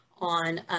on